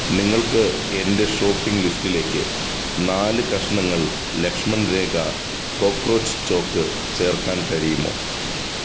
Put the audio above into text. നിങ്ങൾക്ക് എന്റെ ഷോപ്പിംഗ് ലിസ്റ്റിലേക്ക് നാല് കഷണങ്ങൾ ലക്ഷ്മൺ രേഖാ കോക്ക്രോച്ച് ചോക്ക് ചേർക്കാൻ കഴിയുമോ